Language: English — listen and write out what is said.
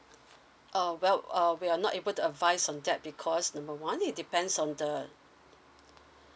oh well uh we're not able to advise on that because number one it depends on the